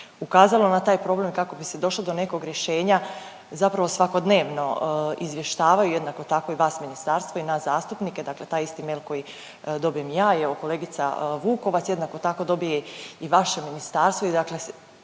ukazalo na taj problem, kako bi se došlo do nekog rješenja zapravo svakodnevno izvještavaju, jednako tako i vas ministarstvo i nas zastupnike, dakle taj isti mail koji dobijem i ja i evo kolegica Vukovac, jednako tako dobije i vaše ministarstvo i dakle